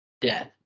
death